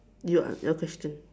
you are your question